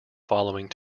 following